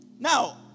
Now